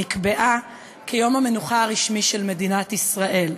נקבעה כיום המנוחה הרשמי של מדינת ישראל.